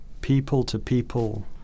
people-to-people